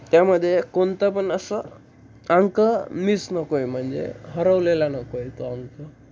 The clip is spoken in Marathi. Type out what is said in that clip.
त्यामध्ये कोणता पण असं अंक मिस नको आहे म्हणजे हरवलेला नको आहे तो अंक